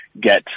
get